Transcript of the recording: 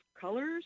colors